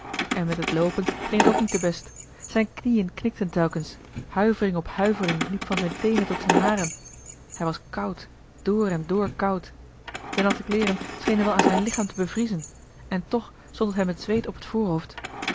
en met het loopen ging het ook niet te best zijne knieën knikten telkens huivering op huivering liep van zijne teenen tot zijne haren hij was koud door en door koud de natte kleeren schenen wel aan zijn lichaam te bevriezen en toch stond hem het zweet op het voorhoofd